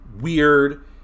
weird